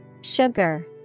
Sugar